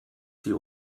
sie